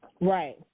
Right